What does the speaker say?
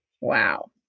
wow